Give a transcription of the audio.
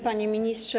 Panie Ministrze!